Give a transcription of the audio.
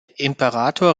imperator